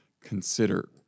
consider